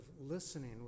listening